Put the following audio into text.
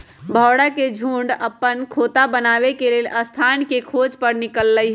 भौरा के झुण्ड अप्पन खोता बनाबे लेल स्थान के खोज पर निकलल हइ